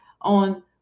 on